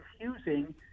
confusing